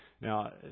Now